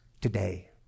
today